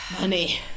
money